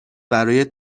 برای